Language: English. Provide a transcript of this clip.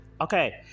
okay